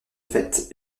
fête